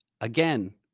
Again